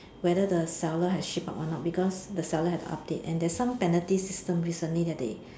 whether the seller has shipped out or not because the seller has to update and there's some penalty system recently that they